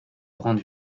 grandes